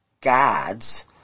gods